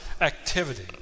activity